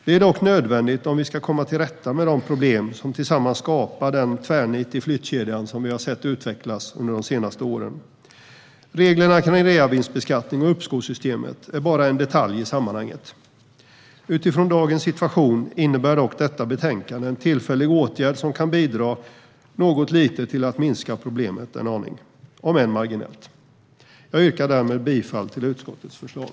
Det är dock nödvändigt om vi ska komma till rätta med de problem som tillsammans skapar den tvärnit i flyttkedjan som vi har sett utvecklas under de senaste åren. Reglerna kring reavinstbeskattningen och uppskovssystemet är bara en detalj i sammanhanget. Utifrån dagens situation innebär dock detta betänkande en tillfällig åtgärd som kan bidra till att minska problemet, om än marginellt. Jag yrkar därmed bifall till utskottets förslag.